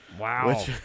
Wow